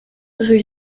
rue